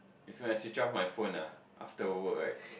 it's when switch my phone ah after work right